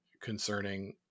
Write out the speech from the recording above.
concerning